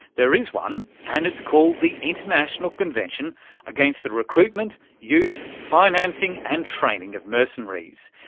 there is one, and it's called the international convention against the recruitment, use, financing and training of mercenaries.